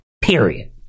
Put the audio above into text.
Period